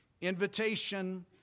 invitation